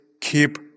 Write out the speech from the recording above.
keep